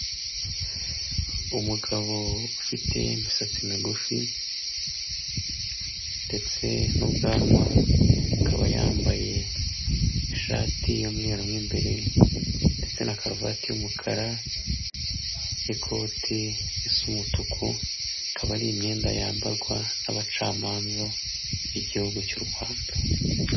Umugabo ufite imisatsi migufi ndetse n'ubwanwa, akaba yambaye ishati y'umweru mo imbere ndetse na karuvati y'umukara n'ikoti risa umutuku, ikaba ari imyenda yambarwa n'abacamanza b'Igihugu cy'u Rwanda.